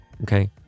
okay